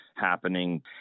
happening